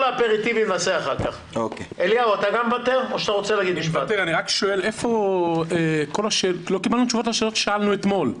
אני רק שואל את השאלות ששאלנו אתמול.